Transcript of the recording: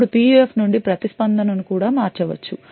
అప్పుడు PUF నుండి ప్రతిస్పందన ను కూడా మార్చవచ్చు